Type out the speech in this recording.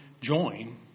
join